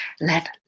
let